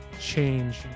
change